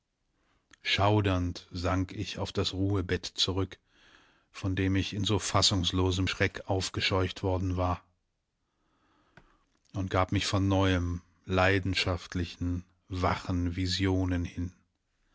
schaudernd sank ich auf das ruhebett zurück von dem ich in so fassungslosem schreck aufgescheucht worden war und gab mich von neuem leidenschaftlichen wachen visionen hin